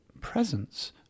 presence